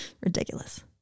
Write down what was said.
Ridiculous